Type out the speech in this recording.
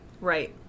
Right